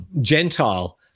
Gentile